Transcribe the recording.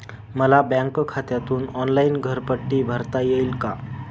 मला बँक खात्यातून ऑनलाइन घरपट्टी भरता येईल का?